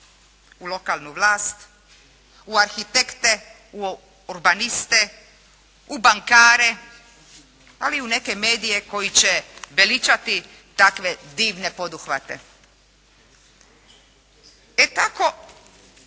u lokanu vlast, u arhitekte, u urbaniste, u bankare, ali i u neke medije koji će veličati takve divne poduhvate. E tako,